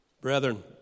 brethren